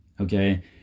Okay